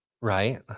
Right